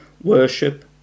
Worship